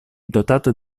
dotato